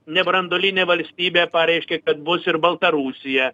nebranduolinė valstybė pareiškė kad bus ir baltarusija